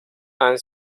han